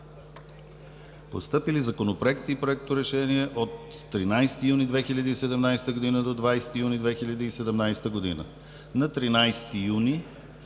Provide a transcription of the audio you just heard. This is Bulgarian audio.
Постъпили законопроекти и проекторешения от 13 юни 2017 г. до 20 юни 2017 г.: На 13 юни